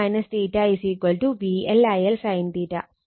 അതിനാൽ ഈ റീഡിങ് √ 3 കൊണ്ട് ഗുണിക്കണം കണക്റ്റ് റീഡിങ് ലഭിക്കാൻ